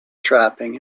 trapping